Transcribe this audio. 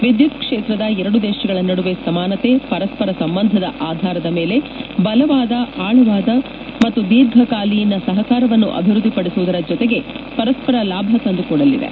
ವಿದ್ಯುತ್ ಕ್ಷೇತ್ರದ ಎರಡು ದೇಶಗಳ ನಡುವೆ ಸಮಾನತೆ ಪರಸ್ಪರ ಸಂಬಂಧದ ಆಧಾರದ ಮೇಲೆ ಬಲವಾದ ಆಳವಾದ ಮತ್ತು ದೀರ್ಘಕಾಲೀನ ಸಹಕಾರವನ್ನು ಅಭಿವೃದ್ದಿಪಡಿಸುವುದರ ಜತೆಗೆ ಪರಸ್ಪರ ಲಾಭ ತಂದುಕೊಡಲಿದೆ